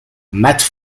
matt